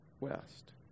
west